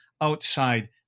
outside